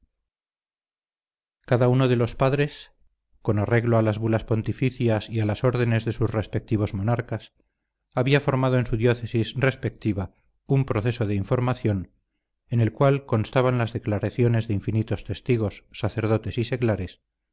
cada uno de los padres con arreglo a las bulas pontificias y a las órdenes de sus respectivos monarcas había formado en su diócesis respectiva un proceso de información en el cual constaban las declaraciones de infinitos testigos sacerdotes y seglares